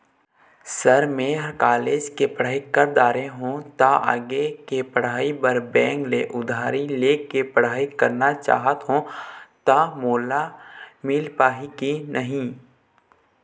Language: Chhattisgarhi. सर म ह कॉलेज के पढ़ाई कर दारें हों ता आगे के पढ़ाई बर बैंक ले उधारी ले के पढ़ाई करना चाहत हों ता मोला मील पाही की नहीं?